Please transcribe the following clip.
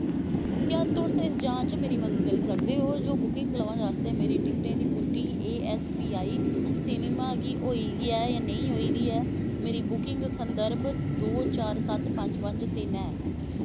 क्या तुस एह् जांचने च मेरी मदद करी सकदे ओ जे बुक लांच आस्तै मेरे टिकटें दी पुश्टी एस पी आई सिनेमा गी होई ऐ जां नेईं मेरा बुकिंग संदर्भ दो चार सत्त पंज पंज तिन ऐ